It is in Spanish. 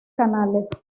canales